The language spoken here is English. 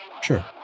Sure